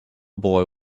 boy